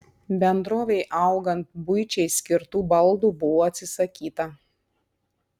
bendrovei augant buičiai skirtų baldų buvo atsisakyta